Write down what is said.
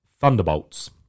Thunderbolts